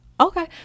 Okay